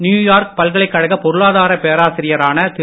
New York பல்கலைக்கழக பொருளாதார பேராசிரியரான திரு